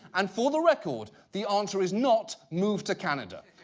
and for the record, the answer is not move to canada.